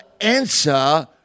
answer